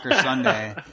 Sunday